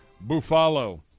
Buffalo